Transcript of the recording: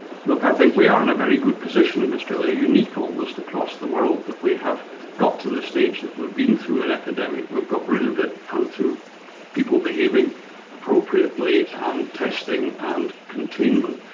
look, i think we are in a very good position in australia, unique almost across the world, that we have got to the stage that we've been through an epidemic. we've got rid of it, come through people behaving appropriately and testing and containment.